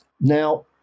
Now